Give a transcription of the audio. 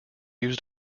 used